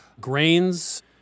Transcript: Grains